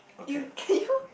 you can you